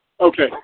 Okay